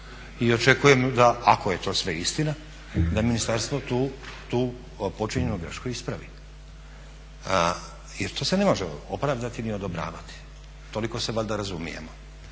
i očekujem ako je sve to istina da ministarstvo tu počinjenju grešku ispravi jer to se ne može opravdati ni odobravati, toliko se valjda razumijemo.